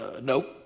nope